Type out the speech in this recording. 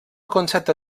concepte